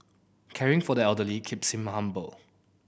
caring for the elderly keeps him humble